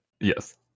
Yes